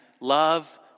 Love